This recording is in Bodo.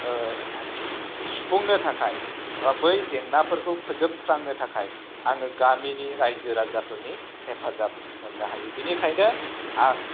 सुफुंनो थाखाय बै जेंनाफोरखौ फोजोबस्रांनो थाखाय आङो गामिनि रायजो राजाफोरनि हेफाजाब मोननो हायो बिनिखायनो आं